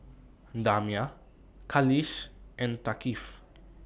Damia Khalish and Thaqif